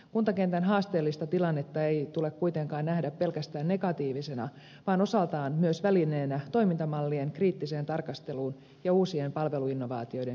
kuntakentän haasteellista tilannetta ei tule kuitenkaan nähdä pelkästään negatiivisena asiana vaan osaltaan myös välineenä toimintamallien kriittiseen tarkasteluun ja uusien palveluinnovaatioiden synnyttämiseen